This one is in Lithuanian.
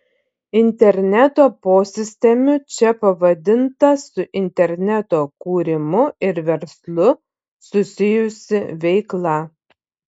interneto posistemiu čia pavadinta su interneto kūrimu ir verslu susijusi veikla